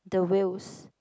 the whales